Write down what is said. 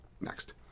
Next